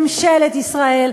ממשלת ישראל,